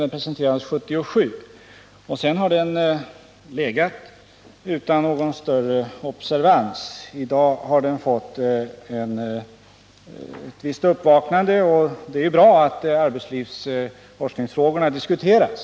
Den presenterades 1977 och har sedan blivit liggande utan någon större observans. I dag har den fått ett visst uppvaknande, och det är ju bra att arbetslivsforskningsfrågorna diskuteras.